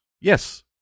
Yes